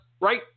right